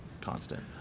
constant